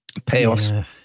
Payoffs